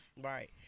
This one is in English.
Right